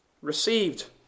received